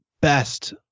best